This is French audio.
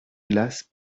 glace